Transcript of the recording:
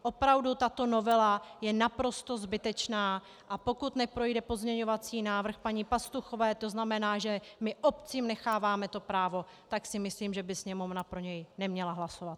Opravdu, tato novela je naprosto zbytečná, a pokud neprojde pozměňovací návrh paní Pastuchové, tzn. že my obcím necháváme to právo, tak si myslím, že by Sněmovna pro něj neměla hlasovat.